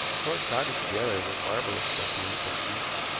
and were crowded together with marvelous specimens from the east,